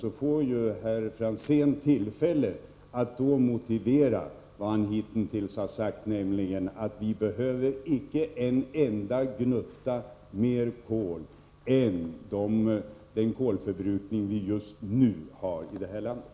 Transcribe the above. Då kommer herr Franzén att få tillfälle att motivera vad han hittills har sagt, nämligen att vi icke behöver en enda gnutta mer kol än vad som motsvaras av den kolförbrukning som vi just nu har i det här landet.